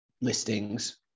listings